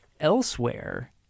elsewhere